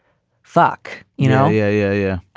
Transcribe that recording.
fuck you know, yeah yeah yeah a